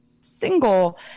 single